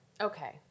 Okay